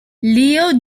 leo